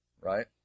right